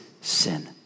sin